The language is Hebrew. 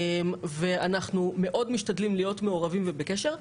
אנחנו משתדלים מאוד להיות מעורבים ובקשר.